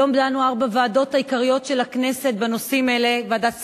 היום דנו ארבע הוועדות העיקריות של הכנסת בנושאים האלה: ועדת הכספים,